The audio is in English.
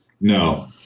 No